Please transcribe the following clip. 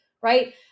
right